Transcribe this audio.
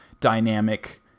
dynamic